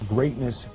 Greatness